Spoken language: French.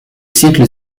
siècle